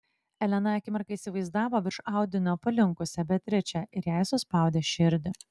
elena akimirką įsivaizdavo virš audinio palinkusią beatričę ir jai suspaudė širdį